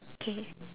okay